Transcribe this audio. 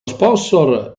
sponsor